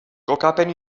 kokapen